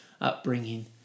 upbringing